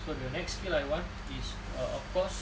so the next skill I want is a of course